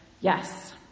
yes